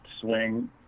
swing